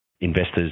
investors